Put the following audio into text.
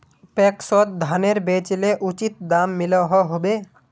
पैक्सोत धानेर बेचले उचित दाम मिलोहो होबे?